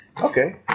Okay